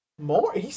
more